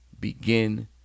Begin